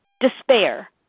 despair